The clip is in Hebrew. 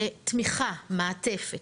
ותמיכה, מעטפת,